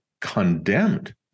condemned